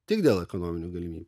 tik dėl ekonominių galimybių